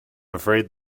afraid